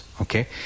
okay